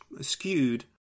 skewed